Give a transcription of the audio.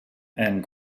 and